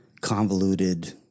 convoluted